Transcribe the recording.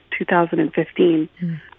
2015